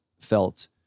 felt